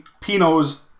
Pinos